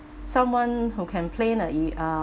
someone who can plan a e~ uh